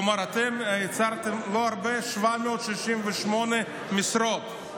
כלומר אתם יצרתם, לא הרבה, 768 משרות.